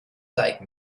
like